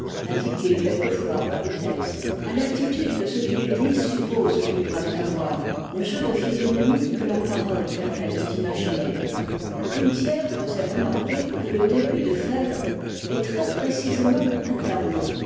indiqués quelquefois par le texte à l'attitude que ce qu'ils disent suppose qu'ils doivent avoir aux jeux de physionomie que leurs paroles permettent d'imaginer brunetière faisait remarquer que le début de phèdre est très précisément un tableau